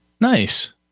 Nice